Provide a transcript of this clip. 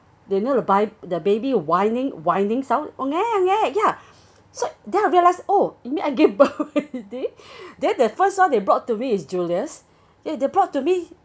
they know the by the baby whining whining sound oh eh oh eh ya so then I realize oh you mean I gave birth already then the first one they brought to me is julius ya they brought to me